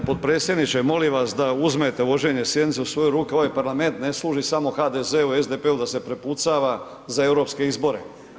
G. potpredsjedniče, molim vas da uzmete vođenje sjednice u svoje ruke, ovaj parlament ne služi samo HDZ-u i SDP-u da se prepucava za EU izbore.